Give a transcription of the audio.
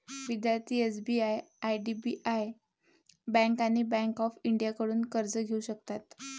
विद्यार्थी SBI IDBI bank आणि bank of इंडियाकडून कर्ज घेऊ शकतात